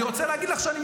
אני מבין אותך.